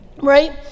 Right